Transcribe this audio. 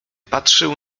patrzył